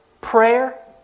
prayer